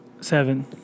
Seven